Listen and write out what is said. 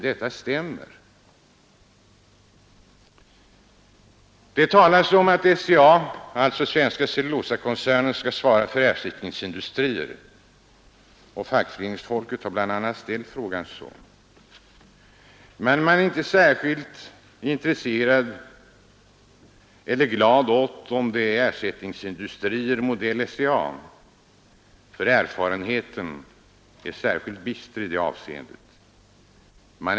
Det talas om att SCA, alltså Svenska cellulosa AB, skall svara för ersättningsindustrier. BI. a. fackföreningsfolk har framställt saken så. Dylika ersättningsindustrier av modell SCA är man inte särskilt glad åt i Ådalen, eftersom erfarenheten är bister i det avseendet.